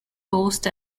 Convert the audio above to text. post